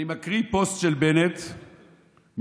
אני מקריא פוסט של בנט מ-2019: